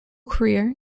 career